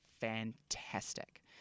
fantastic